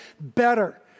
better